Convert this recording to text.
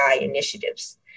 initiatives